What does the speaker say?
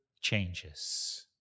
changes